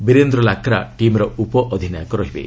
ବୀରେନ୍ଦ୍ର ଲାକ୍ରା ଟିମ୍ର ଉପଅଧିନାୟକ ରହିବେ